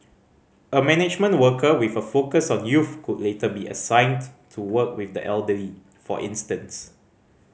a management worker with a focus on youth could later be assigned to work with the elderly for instance